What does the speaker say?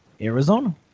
Arizona